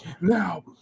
Now